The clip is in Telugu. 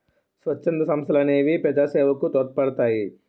స్వచ్ఛంద సంస్థలనేవి ప్రజాసేవకు తోడ్పడతాయి